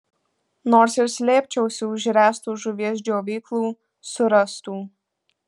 nors ir slėpčiausi už ręsto žuvies džiovyklų surastų